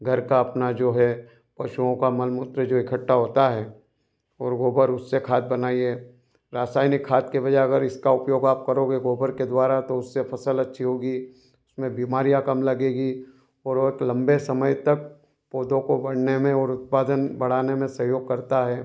घर का अपना जो है पशुओं का मल मूत्र जो इकट्ठा होता है और गोबर उससे खाद बनाइए रासायनिक खाद के बजाय अगर इसका उपयोग आप करोगे गोबर के द्वारा तो उससे फसल अच्छी होगी उसमें बीमारियाँ कम लगेगी और बहुत लंबे समय तक पौधों को बढ़ने में और उत्पादन बढ़ाने में सहयोग करता है